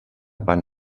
van